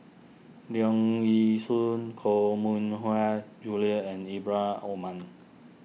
Leong Yee Soo Koh Mui Hiang Julie and Ibrahim Omar